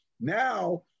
now